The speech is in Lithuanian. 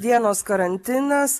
dienos karantinas